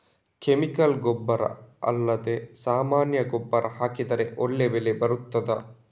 Chemical ಗೊಬ್ಬರ ಅಲ್ಲದೆ ಸಾಮಾನ್ಯ ಗೊಬ್ಬರ ಹಾಕಿದರೆ ಒಳ್ಳೆ ಬೆಳೆ ಬರ್ತದಾ?